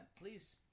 please